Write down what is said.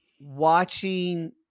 watching